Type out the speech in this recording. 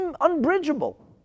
unbridgeable